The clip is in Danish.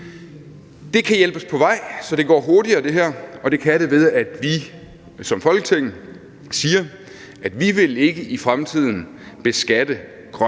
her kan hjælpes på vej, så det går hurtigere, og det kan det ved, at vi som Folketing siger, at vi ikke i fremtiden vil beskatte grøn